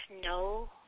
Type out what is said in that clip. no